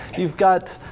you've got